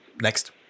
Next